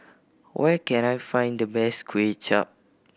where can I find the best Kway Chap